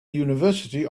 university